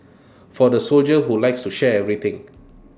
for the soldier who likes to share everything